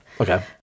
Okay